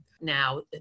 now